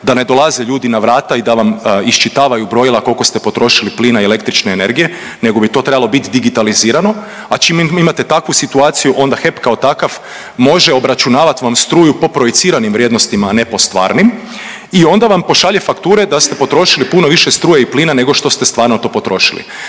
da ne dolaze ljudi na vrata i da vam iščitavaju brojila koliko ste potrošili plina i električne energije nego bi to trebalo bit digitalizirano, a čim imate takvu situaciju onda HEP kao takav može obračunavat vam struku po projiciranim vrijednostima, a ne po stvarnim i onda vam pošalje fakture da ste potrošili puno više struje i plina nego što ste stvarno to potrošili.